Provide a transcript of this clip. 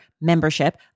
membership